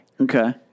Okay